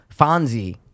Fonzie